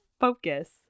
focus